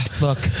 Look